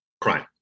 crime